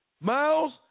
Miles